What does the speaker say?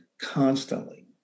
constantly